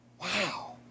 Wow